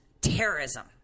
terrorism